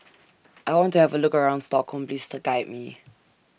I want to Have A Look around Stockholm Please Guide Me